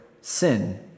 sin